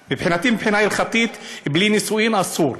מבחינתי, מבחינה הלכתית, בלי נישואים אסור,